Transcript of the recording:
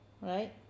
right